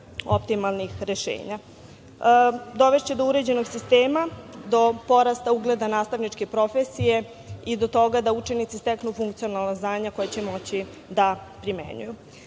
optimalnih rešenja. Dovešće do uređenog sistema, do porasta ugleda nastavničke profesije i do toga da učenici steknu funkcionalna znanja koja će moći da primenjuju. Definisani